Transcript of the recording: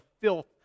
filth